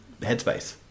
headspace